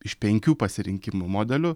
iš penkių pasirinkimų modelių